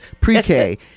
pre-K